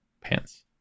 Pants